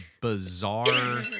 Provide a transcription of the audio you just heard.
bizarre